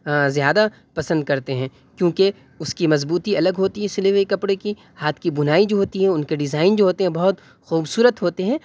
زیادہ پسند کرتے ہیں کیوںکہ اس کی مضبوطی الگ ہوتی ہے سلے ہوئے کپڑے کی ہاتھ کی بنائی جو ہوتی ہے ان کے ڈیزائن جو ہوتے ہیں بہت خوبصورت ہوتے ہیں